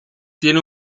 tiene